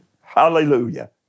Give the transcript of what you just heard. hallelujah